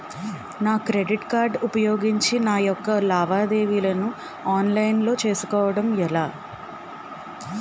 నా credit card ఉపయోగించి నా యెక్క లావాదేవీలను ఆన్లైన్ లో చేసుకోవడం ఎలా?